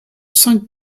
cinq